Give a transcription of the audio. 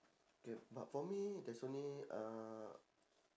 K but for me there's only uh